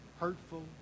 hurtful